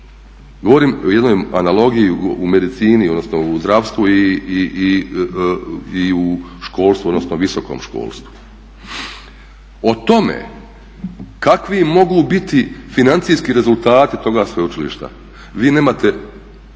Govorim o jednoj analogiji u medicini, odnosno u zdravstvu i u školstvu, odnosno visokom školstvu. O tome kakvi mogu biti financijski rezultati toga sveučilišta vi nemate